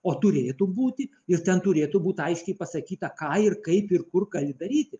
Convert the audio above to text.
o turėtų būti ir ten turėtų būt aiškiai pasakyta ką ir kaip ir kur gali daryti